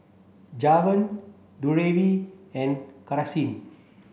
Javon Drury and Karsyn